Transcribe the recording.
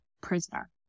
prisoner